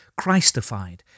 Christified